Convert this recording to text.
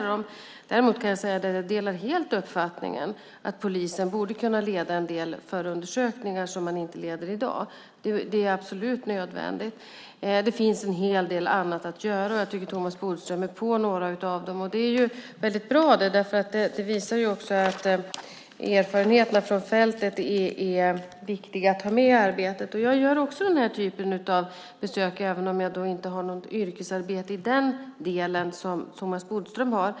Däremot kan jag säga att jag helt delar uppfattningen att polisen borde kunna leda en del förundersökningar som man inte leder i dag. Det är absolut nödvändigt. Det finns en hel del annat att göra. Jag tycker att Thomas Bodström är på några av dem, och det är väldigt bra, för det visar också att erfarenheterna från fältet är viktiga att ha med i arbetet. Jag gör också den här typen av besök även om jag inte har något yrkesarbete i den delen som Thomas Bodström har.